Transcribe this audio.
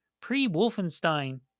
pre-wolfenstein